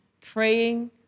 praying